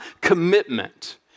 commitment